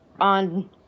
on